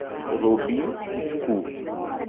ᱨᱚᱵᱤ ᱠᱤᱥᱠᱩ